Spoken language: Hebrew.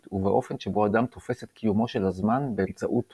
ובאופן שבו האדם תופס את קיומו של הזמן באמצעות תודעתו.